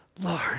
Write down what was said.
Lord